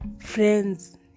friends